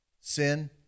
sin